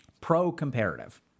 pro-comparative